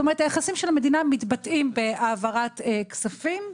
היחסים של המדינה מתבטאים בהעברת כספים,